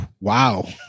wow